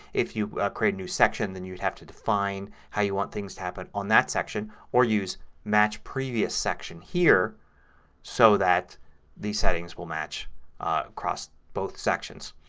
if you create a new section then you'd have to define how you want things to happen on that section or use match previous section here so that the settings will match across both sections.